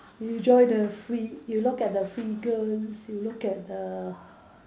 you join the free you look at the figures you look at the